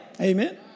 Amen